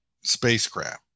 spacecraft